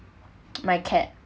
my cat